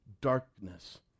darkness